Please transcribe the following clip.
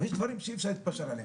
אבל יש דברים שאי-אפשר להתפשר עליהם,